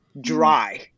dry